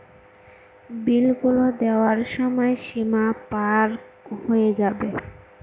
বিল গুলো দেওয়ার সময় সীমা পার হয়ে যাবে